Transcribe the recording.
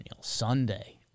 Sunday